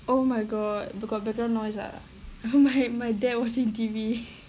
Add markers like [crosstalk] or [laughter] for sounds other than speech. oh my god got background noise ah [laughs] my dad watching T_V